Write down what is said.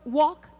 walk